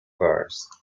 birds